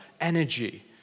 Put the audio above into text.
energy